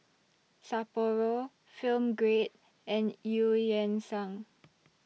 Sapporo Film Grade and EU Yan Sang